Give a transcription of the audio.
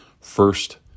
First